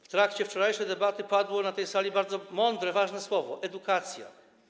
W trakcie wczorajszej debaty padło na tej sali bardzo mądre, ważne słowo: edukacja.